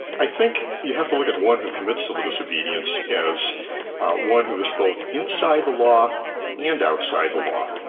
i think you have to look at the one who commits civil disobedience as one who is both inside the law and outside the law.